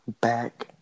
back